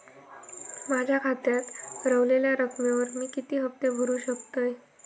माझ्या खात्यात रव्हलेल्या रकमेवर मी किती हफ्ते भरू शकतय?